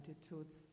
attitudes